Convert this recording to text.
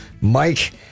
Mike